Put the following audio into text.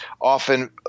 often